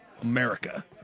America